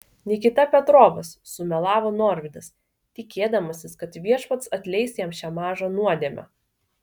nikita petrovas sumelavo norvydas tikėdamasis kad viešpats atleis jam šią mažą nuodėmę